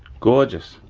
gorgeous.